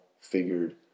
figured